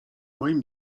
moim